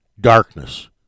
darkness